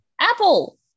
Apple